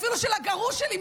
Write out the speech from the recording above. אפילו של הגרוש שלי,